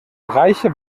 reiche